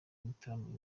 mutarama